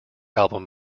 album